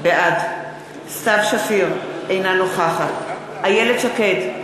בעד סתיו שפיר, אינה נוכחת איילת שקד,